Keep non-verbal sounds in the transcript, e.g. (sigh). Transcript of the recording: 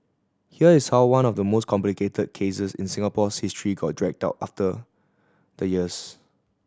here is how one of the most complicated cases in Singapore's history got dragged out (unintelligible) the years